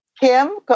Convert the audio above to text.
Kim